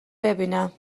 ببینم